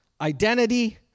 identity